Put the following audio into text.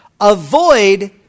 avoid